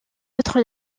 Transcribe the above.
autres